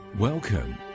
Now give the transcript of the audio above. Welcome